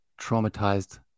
traumatized